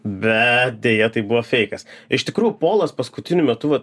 bet deja tai buvo feikas iš tikrųjų polas paskutiniu metu va